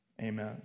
Amen